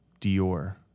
Dior